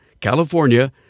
California